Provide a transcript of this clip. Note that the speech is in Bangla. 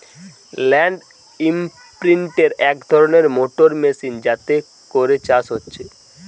ল্যান্ড ইমপ্রিন্টের এক ধরণের মোটর মেশিন যাতে করে চাষ হচ্ছে